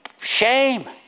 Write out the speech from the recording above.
shame